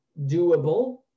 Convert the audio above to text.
doable